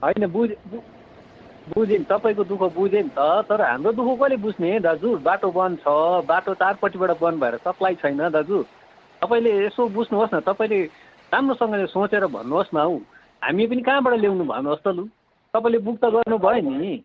होइन बुझेँ बुझेँ तपाईँको दुःख बुझेँ नि त तर हाम्रो दुःख कसले बुझ्ने दाजु बाटो बन्द छ बाटो चारपट्टिबाट बन्द भएर सप्लाई छैन दाजु तपाईँले यसो बुझ्नुहोस् न तपाईँले राम्रोसँगले सोचेर भन्नुहोस् न हौ हामी पनि कहाँबाट ल्याउनु भन्नुहोस् त लु तपाईँले बुक त गर्नुभयो नि